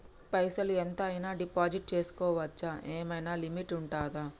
పైసల్ ఎంత అయినా డిపాజిట్ చేస్కోవచ్చా? ఏమైనా లిమిట్ ఉంటదా?